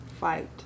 fight